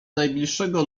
najbliższego